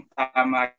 tama